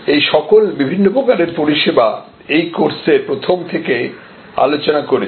এই সকল বিভিন্ন প্রকারের পরিষেবা এই কোর্সের প্রথম থেকে আলোচনা করছি